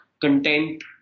content